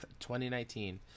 2019